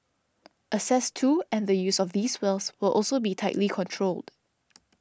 access to and the use of these wells will also be tightly controlled